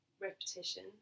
repetition